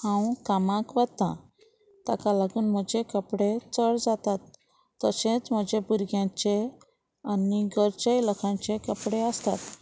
हांव कामाक वता ताका लागून म्हजे कपडे चड जातात तशेंच म्हजे भुरग्यांचे आनी घरचेय लोकांचे कपडे आसतात